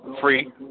free